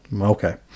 okay